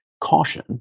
caution